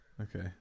Okay